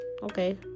Okay